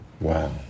Wow